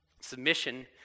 Submission